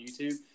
YouTube